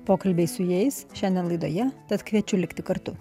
pokalbiai su jais šiandien laidoje tad kviečiu likti kartu